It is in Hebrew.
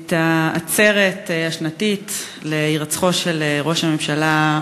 את העצרת השנתית להירצחו של ראש הממשלה,